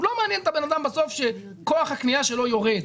הוא לא מעניין את האדם בסוף שכוח הקנייה שלו יורד.